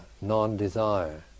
non-desire